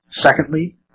Secondly